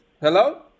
Hello